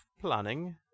planning